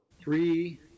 three